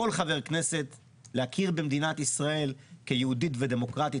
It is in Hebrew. הממשלה, סייעתי לבנייה לא מוסדרת ביהודה ושומרון,